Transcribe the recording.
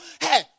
Hey